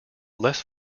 less